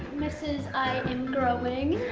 mrs. i am growing.